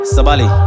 Sabali